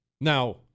Now